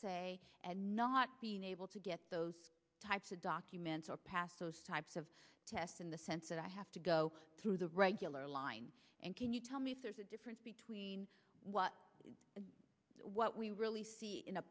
say and not being able to get those types of documents or pass those types of tests in the sense that i have to go through the regular line and can you tell me if there's a difference between what what we really see in a